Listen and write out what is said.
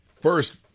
First